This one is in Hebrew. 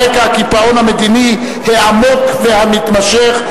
על רקע הקיפאון המדיני העמוק והמתמשך,